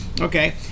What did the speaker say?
Okay